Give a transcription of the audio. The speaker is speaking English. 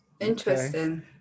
interesting